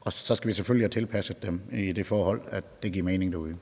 Og så skal vi selvfølgelig have tilpasset dem, i forhold til at det giver mening derude.